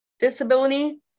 disability